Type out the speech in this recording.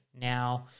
now